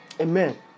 Amen